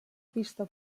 pista